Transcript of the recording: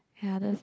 ya that's